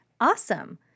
Awesome